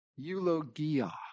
Eulogia